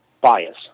bias